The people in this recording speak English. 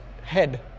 head